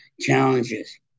challenges